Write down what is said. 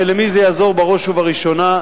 ולמי זה יעזור בראש ובראשונה?